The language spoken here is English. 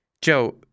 Joe